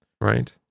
right